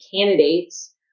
candidates